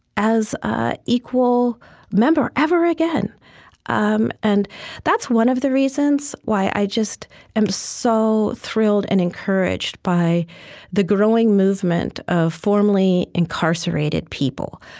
as an equal member ever again um and that's one of the reasons why i am so thrilled and encouraged by the growing movement of formerly incarcerated people.